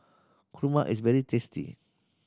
kurma is very tasty